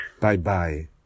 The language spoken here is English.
Bye-bye